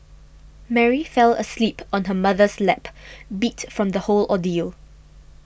Mary fell asleep on her mother's lap beat from the whole ordeal